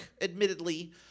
admittedly